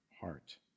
heart